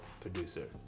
producer